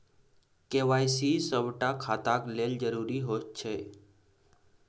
KYC सभटा खाताक लेल जरुरी होइत छै